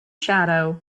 shadow